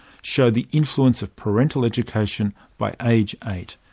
show the influence of parental education by age eight.